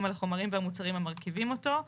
על החומרים והמוצרים המרכיבים אותו".